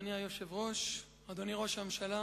אדוני היושב-ראש, אדוני ראש הממשלה,